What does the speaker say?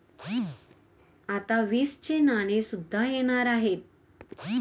आता वीसचे नाणे सुद्धा येणार आहे